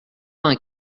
vingt